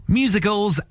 musicals